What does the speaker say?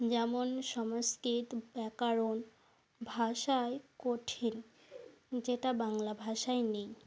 যেমন সংস্কৃত ব্যাকরণ ভাষায় কঠিন যেটা বাংলা ভাষায় নেই